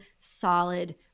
solid